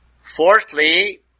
Fourthly